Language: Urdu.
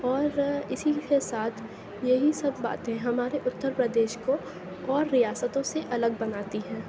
اور اِسی كے ساتھ یہی سب باتیں ہمارے اُترپردیش كو اور ریاستوں سے الگ بناتی ہیں